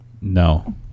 No